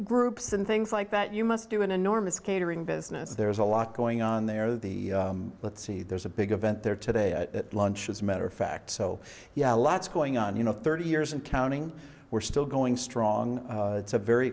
groups and things like that you must do an enormous catering business there is a lot going on there the let's see there's a big event there today launches matter of fact so yeah lots going on you know thirty years and counting we're still going strong it's a very